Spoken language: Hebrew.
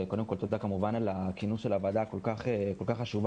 תודה על כינוס הוועדה החשובה.